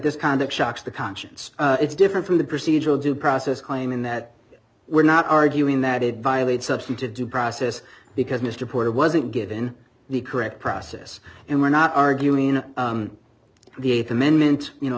this kind of shocks the conscience it's different from the procedural due process claiming that we're not arguing that it violates substantive due process because mr porter wasn't given the correct process and we're not arguing in the th amendment you know